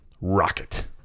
Rocket